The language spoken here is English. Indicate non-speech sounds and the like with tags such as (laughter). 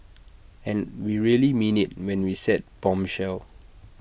(noise) and we really mean IT when we said bombshell